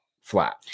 flat